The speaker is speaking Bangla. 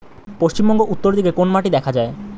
পশ্চিমবঙ্গ উত্তর দিকে কোন মাটি দেখা যায়?